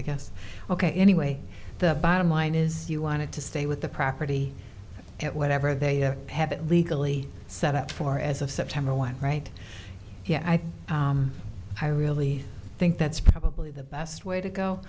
i guess ok anyway the bottom line is you wanted to stay with the property at whatever they have it legally set up for as of september one right yeah i think i really think that's probably the best way to go